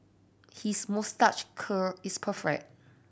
his moustache curl is